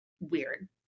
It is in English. weird